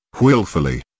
willfully